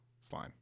Slime